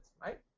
right